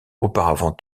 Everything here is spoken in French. auparavant